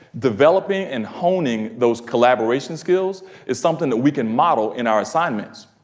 developing and honing those collaboration skills is something that we can model in our assignments.